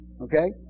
Okay